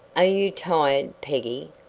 are you tired, peggy?